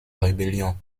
rébellion